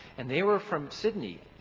and they were from sydney.